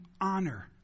honor